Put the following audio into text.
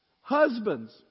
Husbands